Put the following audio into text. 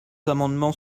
amendements